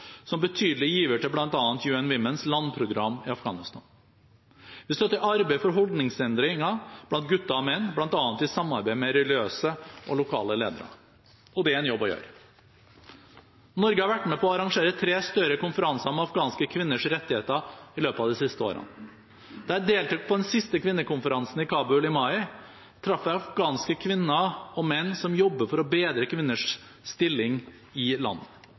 som betydelig giver til bl.a. UN Womens landprogram i Afghanistan. Vi støtter arbeid for holdningsendringer blant gutter og menn, bl.a. i samarbeid med religiøse og lokale ledere – og det er en jobb å gjøre. Norge har vært med på å arrangere tre større konferanser om afghanske kvinners rettigheter i løpet av de siste årene. Da jeg deltok på den siste kvinnekonferansen i Kabul i mai, traff jeg afghanske kvinner og menn som jobber for å bedre kvinners stilling i